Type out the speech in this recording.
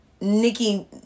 Nikki